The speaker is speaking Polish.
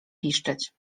piszczeć